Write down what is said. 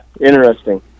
interesting